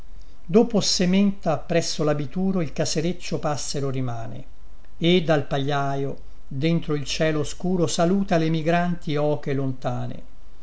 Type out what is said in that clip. dopo sementa presso labituro il casereccio passero rimane e dal pagliaio dentro il cielo oscuro saluta le migranti oche lontane